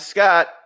Scott